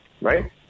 Right